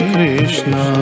Krishna